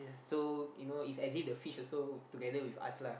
so you know it's as if the fish also together with us lah